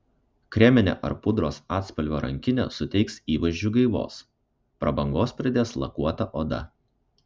kreminė ar pudros atspalvio rankinė suteiks įvaizdžiui gaivos prabangos pridės lakuota oda